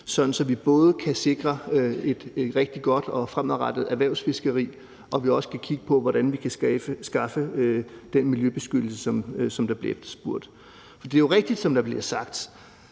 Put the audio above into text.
at vi både kan sikre et rigtig godt og fremadrettet erhvervsfiskeri, og vi også kan kigge på, hvordan vi kan skaffe den miljøbeskyttelse, der bliver efterspurgt. For det er jo rigtigt, som der bliver sagt: